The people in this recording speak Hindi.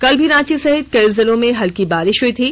केल भी रांची सहित कई जिलों में हल्की बारिश हुई थी